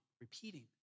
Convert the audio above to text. repeating